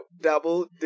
double